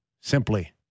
simply